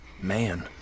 man